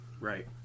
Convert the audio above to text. Right